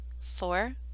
Four